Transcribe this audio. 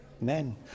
men